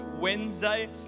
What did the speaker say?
Wednesday